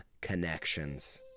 connections